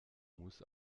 muss